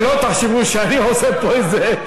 שלא תחשבו שאני עושה פה איזה,